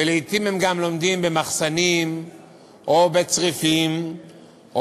ולעתים הם גם לומדים במחסנים או בצריפים או